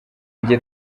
jye